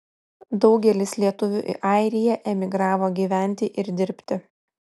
daugelis lietuvių į airiją emigravo gyventi ir dirbti